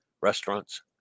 restaurants